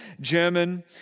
German